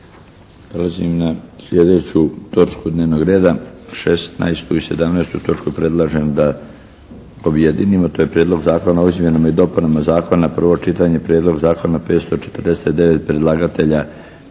Prelazim na sljedeću točku dnevnog reda. 16. i 17. točku predlažem da objedinimo. To je …- Prijedlog zakona o izmjenama i dopunama Kaznenog zakona, predlagatelj